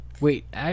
Wait